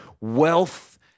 wealth